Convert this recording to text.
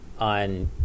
on